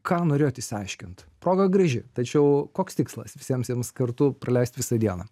ką norėjot išsiaiškint progą graži tačiau koks tikslas visiems jiems kartu praleisti visą dieną